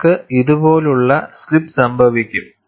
നിങ്ങൾക്ക് ഇതുപോലുള്ള സ്ലിപ്പ് സംഭവിക്കും